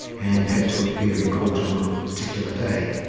and had to appear in court on a particular day.